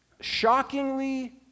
shockingly